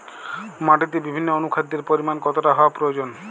মাটিতে বিভিন্ন অনুখাদ্যের পরিমাণ কতটা হওয়া প্রয়োজন?